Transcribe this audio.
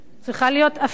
צריכה להיות אף היא,